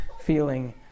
feeling